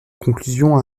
conclusion